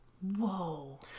Whoa